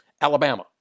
Alabama